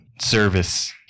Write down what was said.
service